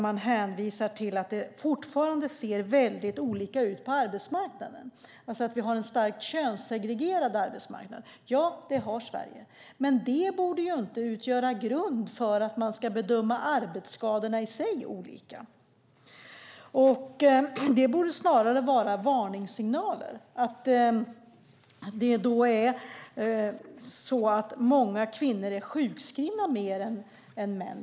Man hänvisar där till att det fortfarande ser väldigt olika ut på arbetsmarknaden, alltså att vi har en starkt könssegregerad arbetsmarknad. Ja, det har Sverige, men det borde inte utgöra grund för att man ska bedöma arbetsskadorna i sig olika. Det borde snarare vara en varningssignal att kvinnor är sjukskrivna mer än män.